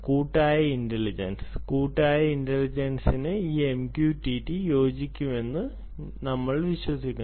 കൂട്ടായ ഇന്റലിജൻസ് കൂട്ടായ ഇന്റലിജൻസിന് ഈ MQTT യോജിക്കും എന്ന് നമ്മൾ വിശ്വസിക്കുന്നു